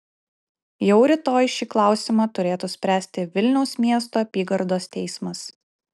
jau rytoj šį klausimą turėtų spręsti vilniaus miesto apygardos teismas